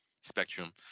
spectrum